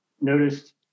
noticed